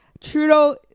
Trudeau